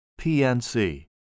PNC